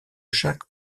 chaque